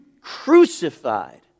crucified